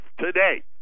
today